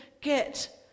get